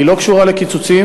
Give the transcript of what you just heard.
היא לא קשורה לקיצוצים,